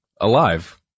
alive